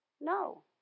No